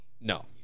No